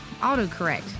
Autocorrect